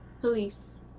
police